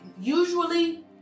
Usually